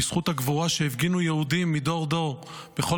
בזכות הגבורה שהפגינו יהודים מדור דור בכל